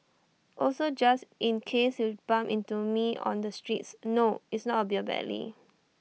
also just in case you bump into me on the streets no it's not A beer belly